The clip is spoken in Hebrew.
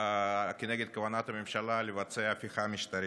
נגד כוונת הממשלה לבצע הפיכה משטרית.